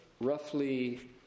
roughly